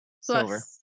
Silver